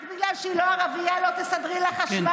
רק בגלל שהוא לא ערבייה לא תסדרי לה חשמל?